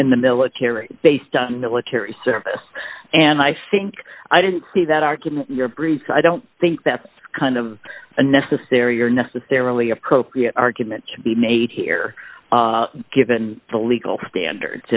in the military based on military service and i think i didn't see that argument in your briefs i don't think that's kind of a necessary or necessarily appropriate argument to be made here given the legal standards